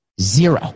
Zero